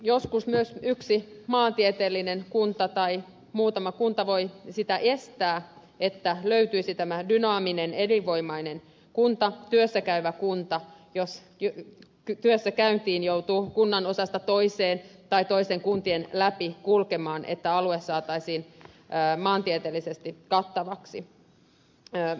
joskus myös yksi maantieteellinen kunta tai muutama kunta voi estää sen että löytyisi tämä dynaaminen elinvoimainen kunta työssäkäyvä kunta jos työssä käydessä joutuu kunnan osasta toiseen tai toisten kuntien läpi kulkemaan ja että alue saataisiin maantieteellisesti kattavaksi